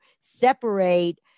separate